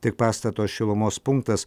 tik pastato šilumos punktas